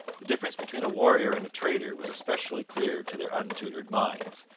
the difference between a warrior and a trader was especially clear to their untutored minds,